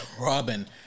Robin